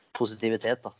positivitet